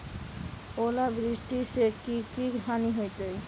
ओलावृष्टि से की की हानि होतै?